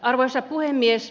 arvoisa puhemies